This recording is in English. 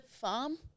Farm